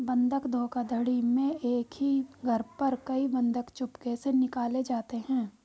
बंधक धोखाधड़ी में एक ही घर पर कई बंधक चुपके से निकाले जाते हैं